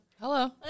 Hello